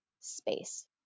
space